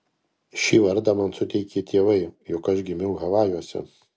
šį vardą man suteikė tėvai juk aš gimiau havajuose